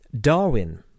Darwin